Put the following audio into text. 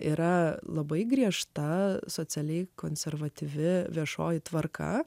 yra labai griežta socialiai konservatyvi viešoji tvarka